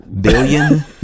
billion